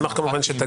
ש"ס